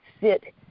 sit